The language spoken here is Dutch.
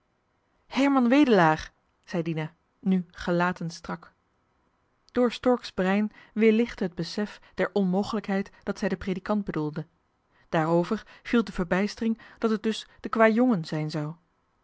herman wedelaar zei dina nu gelaten strak door stork's brein weerlichtte het besef der nmogelijkheid dat zij den predikant bedoelde daar over viel de verbijstering dat het dus de kwajongen zijn zou